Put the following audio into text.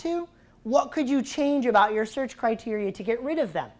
to what could you change about your search criteria to get rid of them